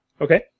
Okay